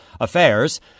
affairs